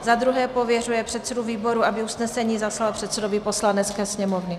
2. pověřuje předsedu výboru, aby usnesení zaslal předsedovi Poslanecké sněmovny.